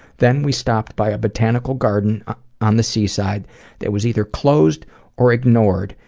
then we stopped by a botanical garden on the seaside that was either closed or ignored,